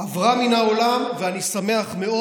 עברה מן העולם, ואני שמח מאוד.